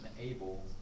able